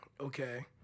okay